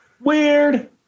Weird